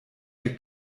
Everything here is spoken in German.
der